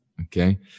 Okay